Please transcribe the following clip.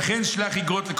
"לכן שלח אגרות".